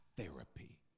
therapy